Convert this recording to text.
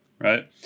Right